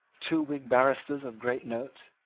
two whig barristers of great note,